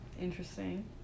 Interesting